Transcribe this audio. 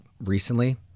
recently